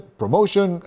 promotion